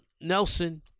Nelson